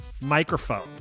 microphone